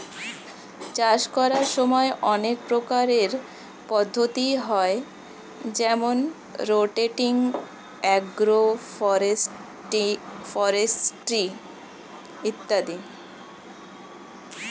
চাষ করার সময় অনেক প্রকারের পদ্ধতি হয় যেমন রোটেটিং, এগ্রো ফরেস্ট্রি ইত্যাদি